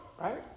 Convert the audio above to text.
right